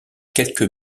quelques